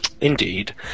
Indeed